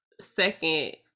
second